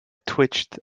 twitched